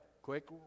Quick